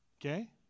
Okay